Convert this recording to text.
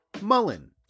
Mullen